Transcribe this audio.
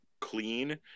clean